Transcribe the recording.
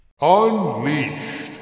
Unleashed